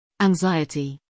Anxiety